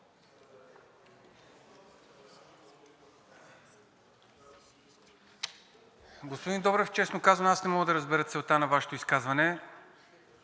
Господин Добрев, честно казано, аз не мога да разбера целта на Вашето изказване,